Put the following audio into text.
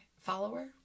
follower